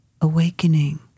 awakening